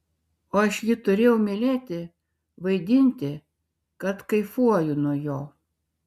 o aš jį turėjau mylėti vaidinti kad kaifuoju nuo jo